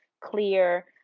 clear